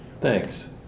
thanks